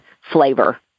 flavor